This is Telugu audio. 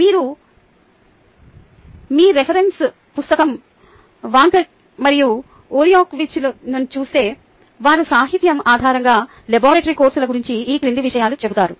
మీరు మీ రిఫరెన్స్ పుస్తకం వాంకాట్ మరియు ఓరియోవిచ్లను చూస్తే వారు సాహిత్యం ఆధారంగా లాబరేటరీ కోర్సుల గురించి ఈ క్రింది విషయాలు చెబుతారు